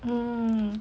hmm